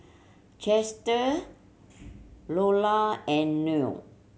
Chester Lola and Noel